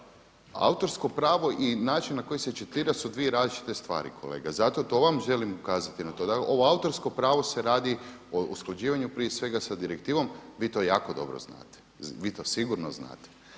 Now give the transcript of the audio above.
Autorsko pravo i način na koji se citira su dvije različite stvari kolega, zato to vam želim ukazati na to. Ovo autorsko pravo se radi o usklađivanju prije svega sa direktivom, vi to jako dobro znate, vi to sigurno znate.